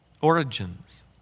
origins